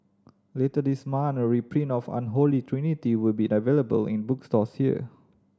later this month a reprint of Unholy Trinity will be available in bookstores here